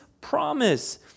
promise